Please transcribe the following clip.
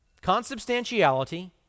Consubstantiality